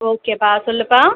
ஓகேப்பா சொல்லுப்பா